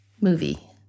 movie